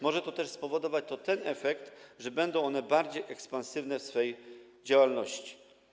Może to też spowodować ten efekt, że będą one bardziej ekspansywne w swej działalności.